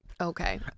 okay